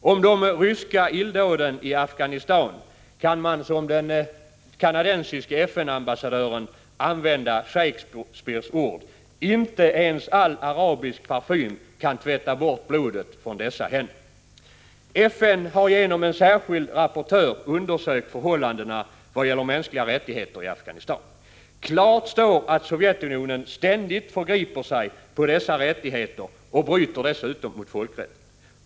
Om de ryska illdåden i Afghanistan kan man som den kanadensiske FN-ambassadören använda Shakespeares ord: Inte ens all arabisk parfym kan tvätta bort blodet från dessa händer. FN har genom en särskild rapportör undersökt förhållandena vad gäller mänskliga rättigheter i Afghanistan. Klart står att Sovjetunionen ständigt förgriper sig på dessa rättigheter, och man bryter dessutom mot folkrätten.